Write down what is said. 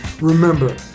Remember